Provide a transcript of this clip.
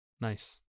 Nice